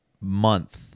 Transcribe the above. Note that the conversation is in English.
month